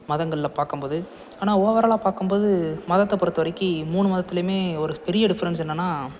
மதங்கள்ல பார்க்கம்போது ஆனால் ஓவராலாக பார்க்கம்போது மதத்தை பொறுத்தவரைக்கிம் மூணு மதத்திலையுமே ஒரு பெரிய டிஃப்ரென்ஸ் என்னன்னா